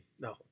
No